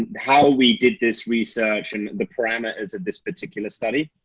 how we did this research and the parameters of this particular study?